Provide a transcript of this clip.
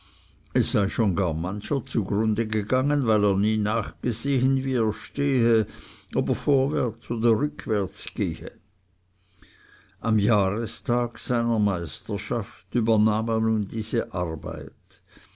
es sei schon gar mancher zugrunde gegangen weil er nie nachgesehen wie er stehe ob er vorwärts oder rückwärts gehe am jahrestag seiner meisterschaft übernahm er nun diese arbeit